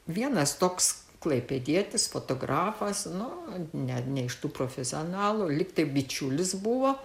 vienas toks klaipėdietis fotografas nu ne ne iš tų profesionalų lyg tai bičiulis buvo